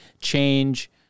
change